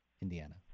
Indiana